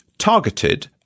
targeted